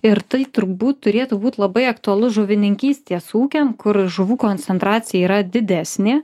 ir tai turbūt turėtų būt labai aktualu žuvininkystės ūkiam kur žuvų koncentracija yra didesnė